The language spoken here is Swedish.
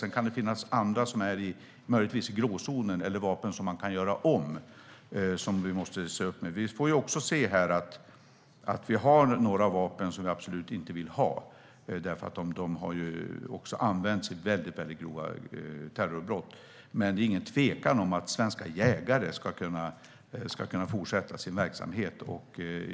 Sedan kan det finnas andra vapen som möjligtvis är i gråzonen eller vapen som går att göra om som vi måste se upp med. Det finns vapen som vi absolut inte vill ha. De har också använts vid mycket grova terrorbrott. Men det råder inget tvivel om att svenska jägare ska kunna fortsätta sin verksamhet.